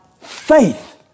faith